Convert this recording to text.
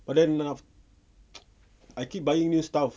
but then I keep buying new stuff